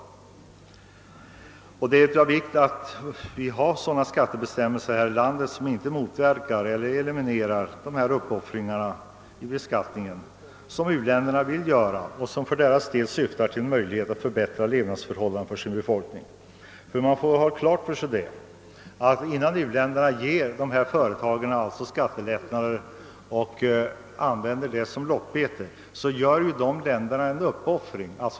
Det är av vikt att vi har skattebestämmel ser som inte motverkar eller omintetgör de uppoffringar i beskattningshänseende som u-länderna önskar göra och som syftar till att förbättra befolkningens levnadsförhållanden. Man måste ha klart för sig att när u-länder som lockbete ger företagen skattelättnader, så gör de en uppoffring.